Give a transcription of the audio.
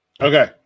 Okay